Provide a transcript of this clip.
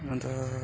अन्त